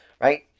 right